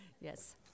Yes